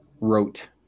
wrote